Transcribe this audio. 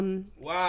Wow